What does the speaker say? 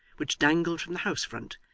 which dangled from the house-front,